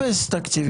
אפס תקציבים.